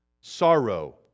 Sorrow